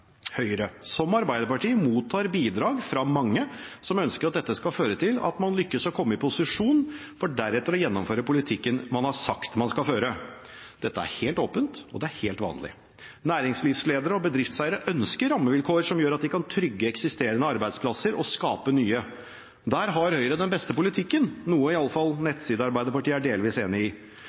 Høyre, som Arbeiderpartiet, mottar bidrag fra mange som ønsker at dette skal føre til at man lykkes med å komme i posisjon for deretter å gjennomføre politikken man har sagt man skal føre. Dette er helt åpent, og det er helt vanlig. Næringslivsledere og bedriftseiere ønsker rammevilkår som gjør at de kan trygge eksisterende arbeidsplasser og skape nye. Der har Høyre den beste politikken – noe som iallfall Nettside-Arbeiderpartiet er delvis enig i.